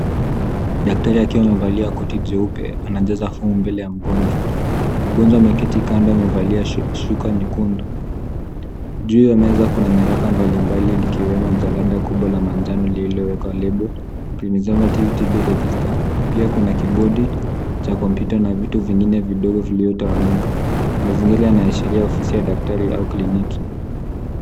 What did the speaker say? Daktari akiwa amevalia koti jeupe, anajaza fomu mbele ya mgonjwa. Mgonjwa ameketi kando, amevalia shuka nyekundu. Juu ya meza kuna nyaraka mbalimbali, likiwemo jalada kubwa la manjano lililowekwa lebo, primeservativity Bill Register. Pia kuna kibodi cha kompyuta na vitu vingine vidogo viliyotawanyika. Mazingira yanaashiria ofisi ya daktari au kliniki.